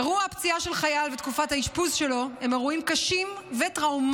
אירוע הפציעה של חייל ותקופת האשפוז שלו הם אירועים קשים וטראומטיים,